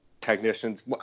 technicians